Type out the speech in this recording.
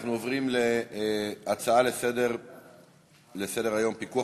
אנחנו עוברים להצעות לסדר-היום בנושא: פיקוח